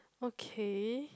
okay